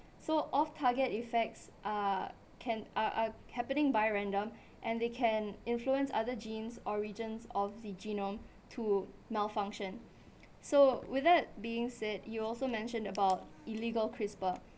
so off target effects are can are are happening by random and they can influence other genes or regions of the genome to malfunction so with that being said you also mentioned about illegal CRISPR